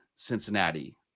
Cincinnati